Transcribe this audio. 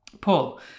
Paul